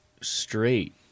straight